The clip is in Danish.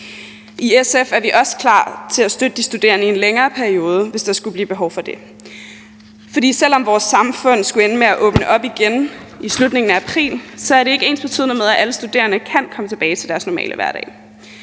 I SF er vi også klar til at støtte de studerende i en længere periode, hvis der skulle blive behov for det. For selv om vores samfund skulle ende med at åbne op igen i slutningen af april, er det ikke ensbetydende med, at alle studerende kan komme tilbage til deres normale hverdag.